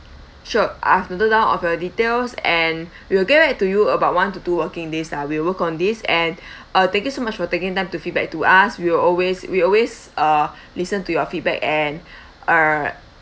sure I've noted down all of your details and we will get back to you about one to two working days lah we will work on this and uh thank you so much about taking your time to feedback to us we will always we always uh listen to your feedback and err